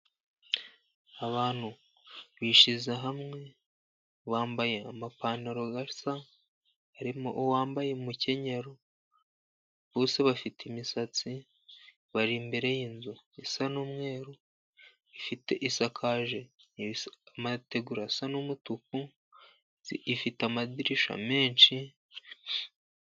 Abantu bishyize hamwe bambaye amapantaro asa. Harimo uwambaye umukenyero, bose bafite imisatsi. Bari imbere y'inzu isa n'umweru, isakaje amategura asa n'umutuku, ifite amadirishya menshi.